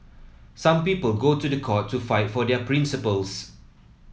some people go to the court to fight for their principles